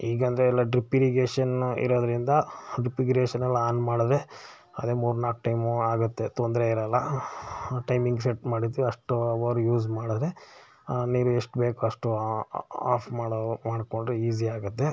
ಈಗ ಅಂದರೆ ಎಲ್ಲ ಡ್ರಿಪ್ ಇರಿಗೇಷನ್ ಇರೋದರಿಂದ ಡ್ರಿಪ್ ಇಗಿರೇಷನ್ ಎಲ್ಲ ಆನ್ ಮಾಡಿದರೆ ಅದೇ ಮೂರ್ನಾಲ್ಕು ಟೈಮು ಆಗುತ್ತೆ ತೊಂದರೆ ಇರಲ್ಲ ಟೈಮಿಂಗ್ ಸೆಟ್ ಮಾಡಿದ್ವಿ ಅಷ್ಟು ಅವರ್ ಯೂಸ್ ಮಾಡಿದ್ರೆ ನೀರು ಎಷ್ಟು ಬೇಕು ಅಷ್ಟು ಆಫ್ ಮಾಡೋ ಮಾಡಿಕೊಂಡ್ರೆ ಈಜಿ ಆಗುತ್ತೆ